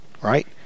Right